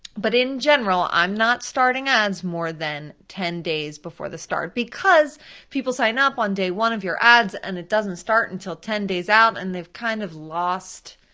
but in general i'm not starting ads more than ten days before the start, because people sign up on day one of your ads and it doesn't start until ten days out, and they've kind of lost,